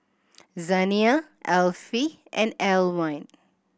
Zaniyah Alfie and Alwine